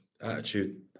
attitude